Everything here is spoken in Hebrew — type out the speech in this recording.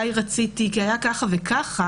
אולי רציתי וכולי,